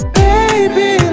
baby